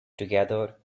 together